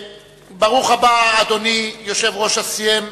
אדוני יושב-ראש הסיים,